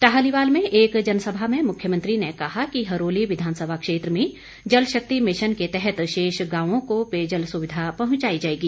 टाहलीवाल में एक जनसभा में मुख्यमंत्री ने कहा कि हरोली विधानसभा क्षेत्र में जल शक्ति मिशन के तहत शेष गांवों को पेयजल सुविधा पहुंचाई जाएगी